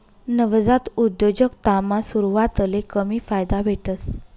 नवजात उद्योजकतामा सुरवातले कमी फायदा भेटस